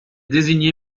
désignée